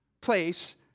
place